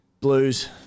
Blues